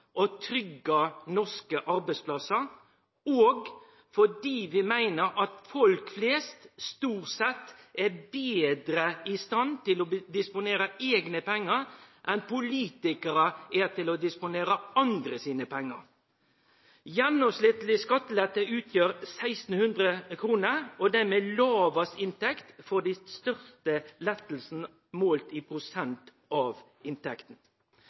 norske arbeidsplassar. Og fordi: Vi meiner at folk flest stort sett er betre i stand til å disponere eigne pengar enn politikarane er til å disponere andre sine pengar. Gjennomsnittleg skattelette utgjer 1 600 kr, og dei med den lågaste inntekta får dei største lettane målt i prosent av